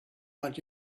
not